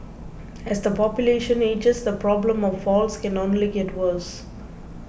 as the population ages the problem of falls can only get worse